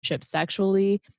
sexually